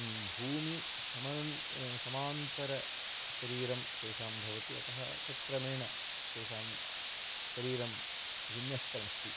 भूमिसमानं समानान्तरशरीरं तेषां भवति अतः तत्क्रमेण तेषां शरीरं विन्यस्तमस्ति